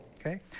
Okay